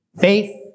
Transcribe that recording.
faith